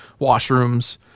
Washrooms